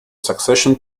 succession